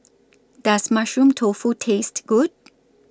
Does Mushroom Tofu Taste Good